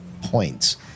points